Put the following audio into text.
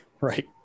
Right